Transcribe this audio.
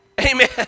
Amen